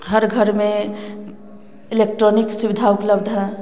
हर घर में इलेक्ट्रॉनिक सुविधा उपलब्ध है